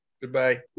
Goodbye